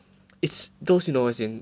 it's those you know as in